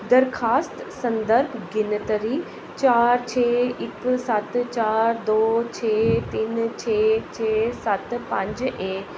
दरखास्त संदर्भ गिनतरी चार छे इक सत्त चार दो छे तिन छे छे सत्त पंज ऐ